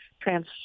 trans